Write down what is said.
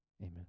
Amen